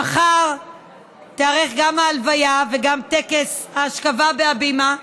מחר יערכו גם ההלוויה וגם טקס האשכבה בהבימה.